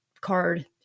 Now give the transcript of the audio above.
card